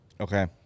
Okay